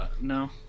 No